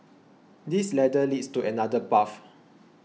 this ladder leads to another path